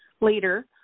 later